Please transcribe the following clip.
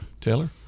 Taylor